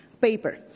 paper